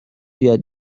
بیاد